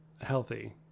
healthy